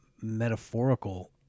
metaphorical